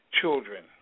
children